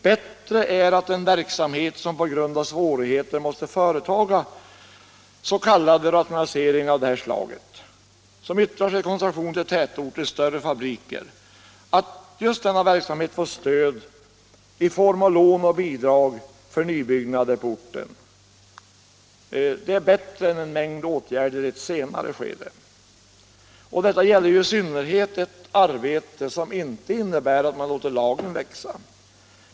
Bättre är att en verksamhet, som på grund av svårigheter måste göra s.k. rationaliseringar och överväga att koncentrera verksamheten till tätorter och större fabriker, får stöd i form av lån och bidrag för nybyggnader på orten. Det är bättre än en mängd åtgärder i ett senare skede. Detta gäller naturligtvis i synnerhet en verksamhet som inte innebär att man låter lagren växa.